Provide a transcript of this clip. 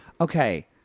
Okay